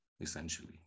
essentially